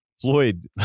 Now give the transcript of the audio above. Floyd